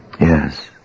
Yes